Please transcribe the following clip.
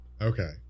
Okay